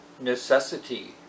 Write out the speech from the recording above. necessity